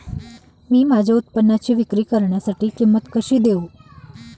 मी माझ्या उत्पादनाची विक्री करण्यासाठी किंमत कशी देऊ?